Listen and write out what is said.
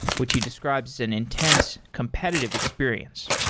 which he describes an intense, competitive experience.